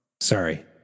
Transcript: Sorry